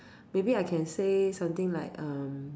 maybe I can say something like um